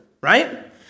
right